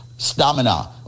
stamina